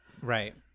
Right